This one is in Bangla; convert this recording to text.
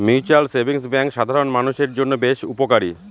মিউচুয়াল সেভিংস ব্যাঙ্ক সাধারন মানুষের জন্য বেশ উপকারী